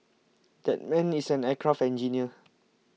that man is an aircraft engineer